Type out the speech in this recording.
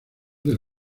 del